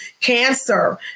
cancer